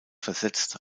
versetzt